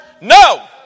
No